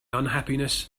unhappiness